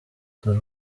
dore